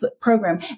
program